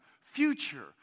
Future